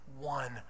one